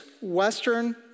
Western